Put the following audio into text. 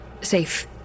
safe